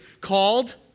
called